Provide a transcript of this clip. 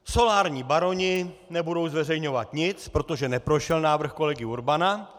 Solární baroni nebudou zveřejňovat nic, protože neprošel návrh kolegy Urbana.